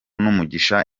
n’umugisha